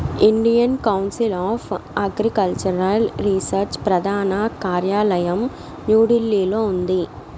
Indian council of agricultural research ప్రధాన కార్యాలయం న్యూఢిల్లీలో ఉంది